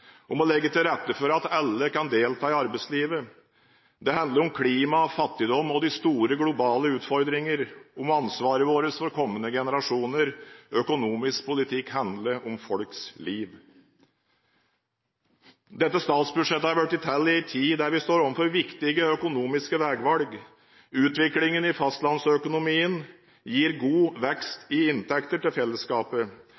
om å legge til rette for at alle kan delta i arbeidslivet. Det handler om klima, fattigdom og de store globale utfordringene, om ansvaret vårt for kommende generasjoner. Økonomisk politikk handler om folks liv. Dette statsbudsjettet er blitt til i en tid der vi står overfor viktige økonomiske veivalg. Utviklingen i fastlandsøkonomien gir god